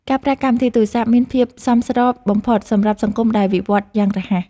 ការប្រើកម្មវិធីទូរសព្ទ មានភាពសមស្របបំផុតសម្រាប់សង្គមដែលវិវត្តន៍យ៉ាងរហ័ស។